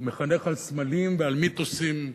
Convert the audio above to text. מחנך על סמלים ועל מיתוסים.